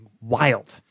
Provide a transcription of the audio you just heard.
wild